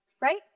right